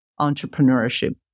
entrepreneurship